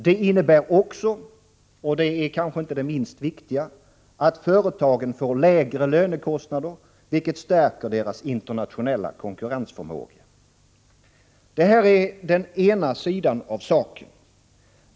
Det innebär emellertid också — och det är inte det minst viktiga — att företagen får lägre lönekostnader, vilket stärker deras internationella konkurrensförmåga. Detta är den ena sidan av saken.